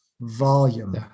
Volume